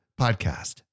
podcast